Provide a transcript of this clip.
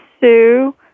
Sue